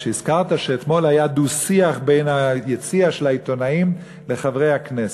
הזכרת שאתמול היה דו-שיח בין היציע של העיתונאים לחברי הכנסת.